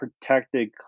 protected